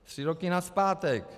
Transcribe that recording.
Tři roky nazpátek.